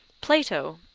plato,